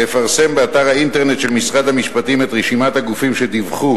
לפרסם באתר האינטרנט של משרד המשפטים את רשימת הגופים שדיווחו